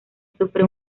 sufre